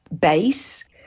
base